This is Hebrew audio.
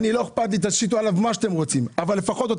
לא אכפת לי, תשיתו עליו מה שאתם רוצים.